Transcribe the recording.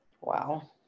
Wow